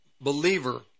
believer